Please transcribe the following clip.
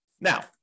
Now